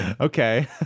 okay